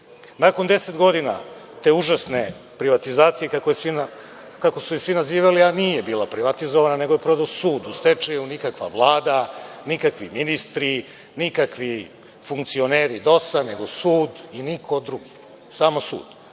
deset godina te užasne privatizacije, kako su je svi nazivali, a nije bila privatizovana, nego je prodao sud, u stečaju, nikakva Vlada, nikakvi ministri, nikakvi funkcioneri DOS-a, nego sud i niko drugi, samo sud,